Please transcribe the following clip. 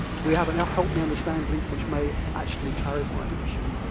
we have and a help me understand link which may actually clarify the issue.